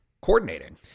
Coordinating